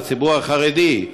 לציבור החרדי?